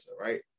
right